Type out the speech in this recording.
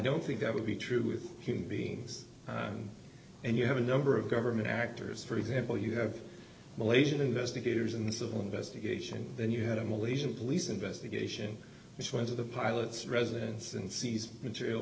don't think that would be true with human beings and you have a number of government actors for example you have malaysian investigators and civil investigation then you had a malaysian police investigation which went to the pilot's residence and seized material